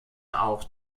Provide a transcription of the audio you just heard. auch